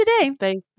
today